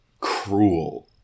cruel